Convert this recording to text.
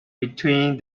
between